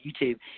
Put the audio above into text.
YouTube